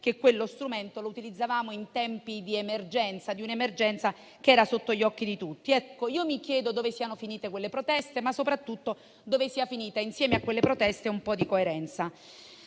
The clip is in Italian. che quello strumento lo utilizzavamo in tempi di emergenza, un'emergenza che era sotto gli occhi di tutti. Mi chiedo dove siano finite quelle proteste, ma soprattutto dove sia finita, insieme a quelle proteste, un po' di coerenza.